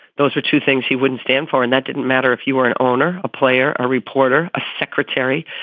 those were two things he wouldn't stand for. and that didn't matter if you were an owner, a player, a reporter, a secretary,